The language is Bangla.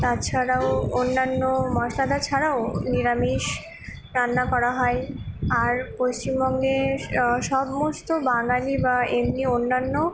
তাছাড়াও অন্যান্য মশলাদার ছাড়াও নিরামিষ রান্না করা হয় আর পশ্চিমবঙ্গের সমস্ত বাঙালি বা এমনি অন্যান্য